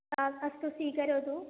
हा अस्तु स्वीकरोतु